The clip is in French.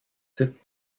titres